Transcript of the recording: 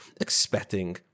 expecting –